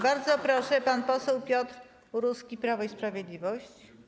Bardzo proszę, pan poseł Piotr Uruski, Prawo i Sprawiedliwość.